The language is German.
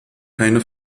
keine